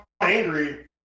angry